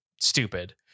stupid